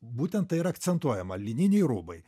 būtent tai yra akcentuojama lininiai rūbai